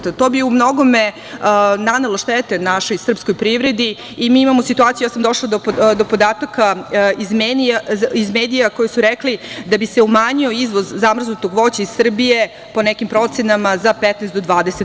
To bi u mnogome nanelo štete našoj srpskoj privredi i mi imamo situaciju, ja sam došla do podataka iz medija koji su rekli, da bi se umanjio izvoz zamrznutog voća iz Srbije, po nekim procenama za 15% do 20%